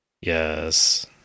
Yes